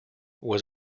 was